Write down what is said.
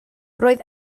roedd